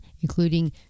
including